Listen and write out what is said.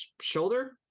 shoulder